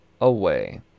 away